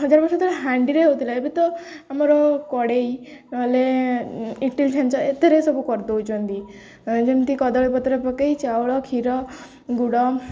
ହଜାର ବର୍ଷ ହାଣ୍ଡିରେ ହେଉଥିଲା ଏବେ ତ ଆମର କଡ଼େଇ ନହେଲେ ଇଟିଲି ଛାଞ୍ଚ ଏଥିରେ ସବୁ କରିଦେଉଛନ୍ତି ଯେମିତି କଦଳୀପତ୍ରରେ ପକାଇ ଚାଉଳ କ୍ଷୀର ଗୁଡ଼